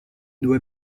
due